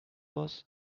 was